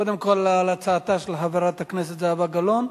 קודם כול על הצעתה של חברת הכנסת זהבה גלאון,